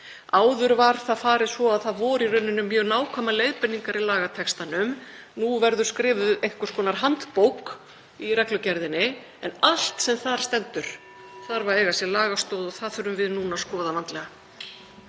Áður var því svo farið að það voru í raun mjög nákvæmar leiðbeiningar í lagatextanum. Nú verður skrifuð einhvers konar handbók í reglugerðinni (Forseti hringir.) en allt sem þar stendur þarf að eiga sér lagastoð og það þurfum við að skoða vandlega.